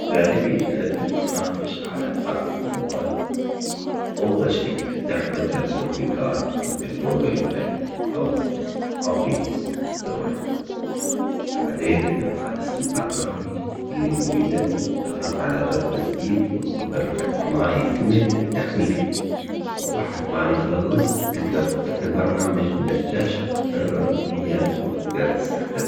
إذا نبي نثبت برنامج على هاتف الموبايل أول شي افتح متجر تطبيقات مثل قوقل بلاي أو أبي ستور، بعدجين ابحث عن اسم البرنامج اللي تريده اضغط على زر تثبيت وانتظر لحد ما يكتمل التحميل، وبعد ما يخلص تقدر تفتح البرنامج من الشاشة الرئيسية وتقدر تستخدمه.